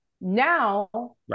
Now